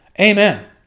Amen